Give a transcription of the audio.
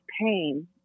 pain